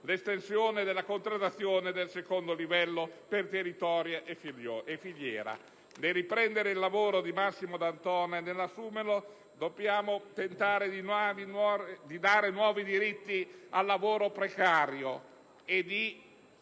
l'estensione della contrattazione di secondo livello per territorio e filiera. Nel riprendere il lavoro di Massimo D'Antona e nell'assumerlo dobbiamo operare per tentare di dare nuovi diritti al lavoro precario, sia